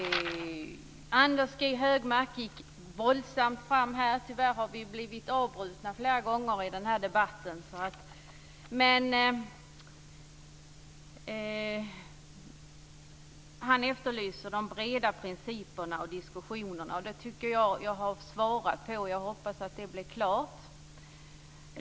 Anders G Högmark gick våldsamt fram här. Vi har tyvärr flera gånger blivit avbrutna i den här debatten, men han efterlyste breda principer och diskussioner. Jag tycker att jag har svarat på detta, och jag hoppas att vi är klara med det.